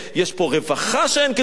יש פה רווחה שאין כדוגמתה,